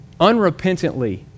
unrepentantly